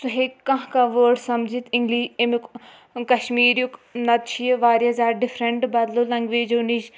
سُہ ہیٚکۍ کانٛہہ کانٛہہ وٲڈ سَمجِتھ اِنٛگلی اَمیُک کَشمیٖرِیُک نَتہٕ چھِ یہِ واریاہ زیادٕ ڈِفرنٛٹ بَدلو لنٛگویجو نِش